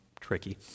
tricky